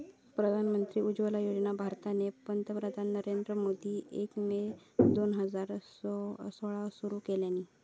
प्रधानमंत्री उज्ज्वला योजना भारताचे पंतप्रधान नरेंद्र मोदींनी एक मे दोन हजार सोळाक सुरू केल्यानी